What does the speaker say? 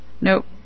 Nope